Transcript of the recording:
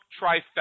trifecta